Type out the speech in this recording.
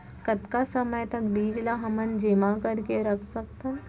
कतका समय तक बीज ला हमन जेमा करके रख सकथन?